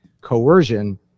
coercion